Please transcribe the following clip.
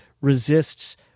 resists